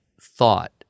thought